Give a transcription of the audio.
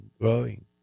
growing